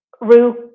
Rue